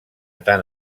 tant